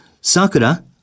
Sakura